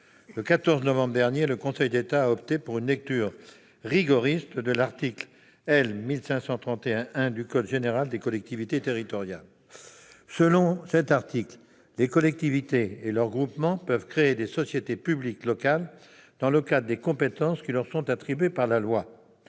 Le 14 novembre dernier, le Conseil d'État a opté pour une lecture rigoriste de l'article L. 1531-1 du code général des collectivités territoriales. Aux termes de cet article, les collectivités et leurs groupements peuvent créer des sociétés publiques locales dans le cadre des compétences qui leur sont attribuées par la loi.